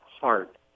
heart